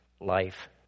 life